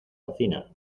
cocina